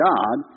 God